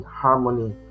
harmony